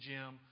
Jim